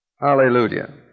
Hallelujah